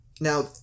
Now